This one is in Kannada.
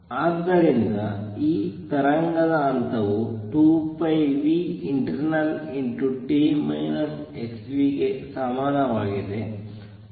ಆದ್ದರಿಂದ ಈ ತರಂಗದ ಹಂತವು 2πinternalt xv ಗೆ ಸಮಾನವಾಗಿದೆ